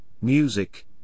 music